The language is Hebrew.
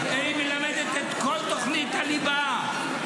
-- היא מלמדת את כל תוכנית הליבה.